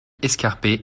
escarpée